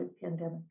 pandemic